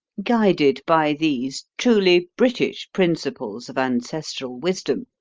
guided by these truly british principles of ancestral wisdom,